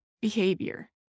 behavior